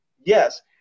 Yes